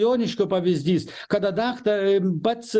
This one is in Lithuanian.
joniškio pavyzdys kada dakta pats